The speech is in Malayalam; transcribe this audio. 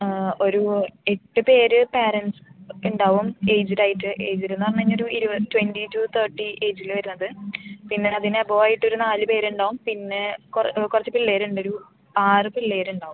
ഒരു എട്ട് പേർ പാരൻറ്റ്സ് ഉണ്ടാവും ഏജ്ഡ് ആയിട്ട് ഏജ്ഡ് എന്ന് പറഞ്ഞ് കഴിഞ്ഞാൽ ഒരു ഇരുപത് ട്വൻറ്റി ടു തേർട്ടി ഏജില് വരുന്നത് പിന്നെ അതിന് ബോയ് ആയിട്ട് ഒരു നാല് പേർ ഉണ്ടാവും പിന്നെ കുറച്ച് പിള്ളേർ ഉണ്ട് ഒരു ആറ് പിള്ളേർ ഉണ്ടാവും